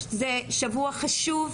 זה שבוע חשוב.